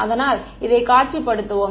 அதனால் இதை காட்சிப்படுத்துவோம்